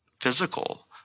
physical